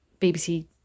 BBC